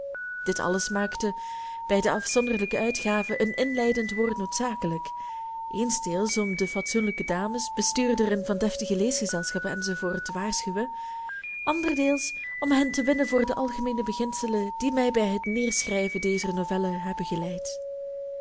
dit alles maakte bij de afzonderlijke uitgave een inleidend woord noodzakelijk eensdeels om de fatsoenlijke dames bestuurderen van deftige leesgezelschappen enz te waarschuwen anderdeels om hen te winnen voor de algemeene beginselen die mij bij het neerschrijven dezer novellen hebben geleid